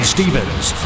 Stevens